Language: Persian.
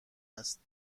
هست